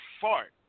fart